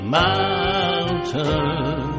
mountain